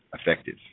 effective